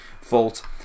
fault